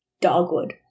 Dogwood